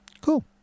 cool